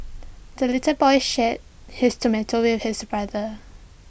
the little boy shared his tomato with his brother